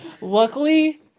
Luckily